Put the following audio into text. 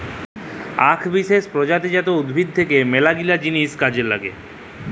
আক বিসেস প্রজাতি জাট উদ্ভিদ থাক্যে মেলাগিলা জিনিস কাজে লাগে